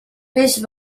peix